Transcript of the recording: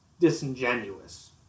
disingenuous